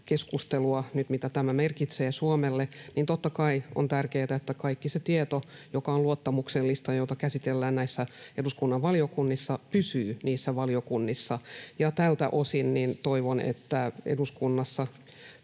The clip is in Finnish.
siitä, mitä tämä merkitsee Suomelle, niin totta kai on tärkeätä, että kaikki se tieto, joka on luottamuksellista ja jota käsitellään eduskunnan valiokunnissa, pysyy valiokunnissa. Tältä osin toivon, että eduskunnassa